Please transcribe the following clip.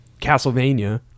castlevania